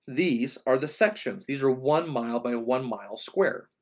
these are the sections, these are one mile by one mile square,